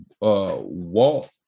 Walt